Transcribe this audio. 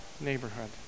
neighborhood